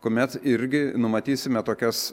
kuomet irgi numatysime tokias